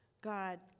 God